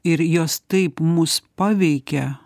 ir jos taip mus paveikia